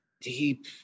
deep